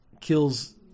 kills